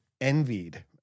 envied